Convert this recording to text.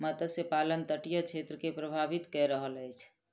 मत्स्य पालन तटीय क्षेत्र के प्रभावित कय रहल अछि